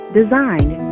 designed